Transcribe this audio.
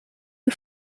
you